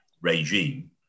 regime